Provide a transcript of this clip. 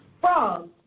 Frogs